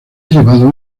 llevado